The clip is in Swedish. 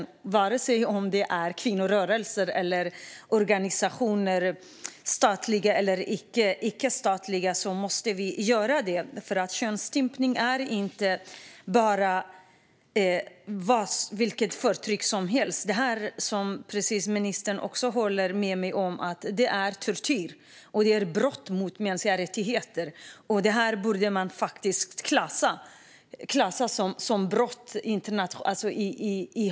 Vi måste göra det vare sig det är kvinnorörelser eller organisationer, statliga eller icke-statliga, för könsstympning är inte vilket förtryck som helst. Som ministern håller med mig om är det tortyr och brott mot mänskliga rättigheter, och det borde faktiskt klassas som brott internationellt.